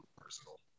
personal